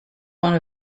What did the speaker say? one